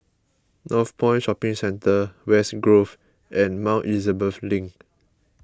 Northpoint Shopping Centre West Grove and Mount Elizabeth Link